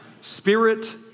spirit